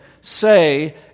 say